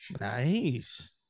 Nice